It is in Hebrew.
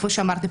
כמו שאמרתי,